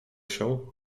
się